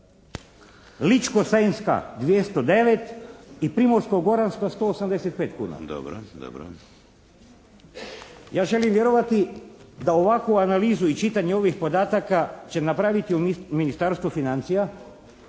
Ličko-senjska 209 i Primorsko-goranska 185 kuna. Ja želim vjerovati da ovakvu analizu i čitanje ovih podataka će napraviti u Ministarstvu financija